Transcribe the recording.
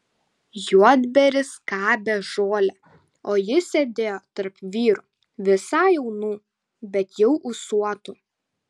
juodbėris skabė žolę o jis sėdėjo tarp vyrų visai jaunų bet jau ūsuotų